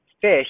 fish